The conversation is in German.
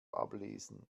ablesen